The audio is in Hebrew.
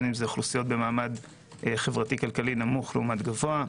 בין אם זה אוכלוסיות במעמד חברתי כלכלי נמוך לעומת גבוה,